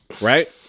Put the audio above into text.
right